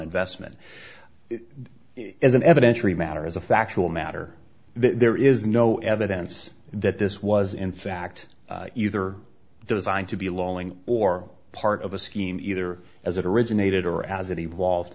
investment is an evidentiary matter as a factual matter there is no evidence that this was in fact either designed to be a law link or part of a scheme either as it originated or as it evolved